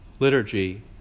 liturgy